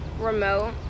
remote